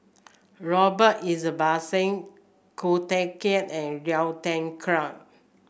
Robert Ibbetson Ko Teck Kin and Liu Thai Ker